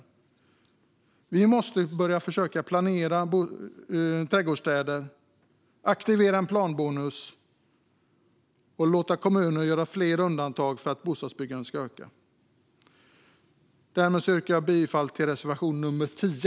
Vi måste börja försöka planera trädgårdsstäder, aktivera en planbonus och låta kommuner göra fler undantag för att bostadsbyggandet ska öka. Därmed yrkar jag bifall till reservation nummer 10.